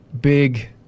big